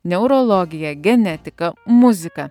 neurologiją genetiką muziką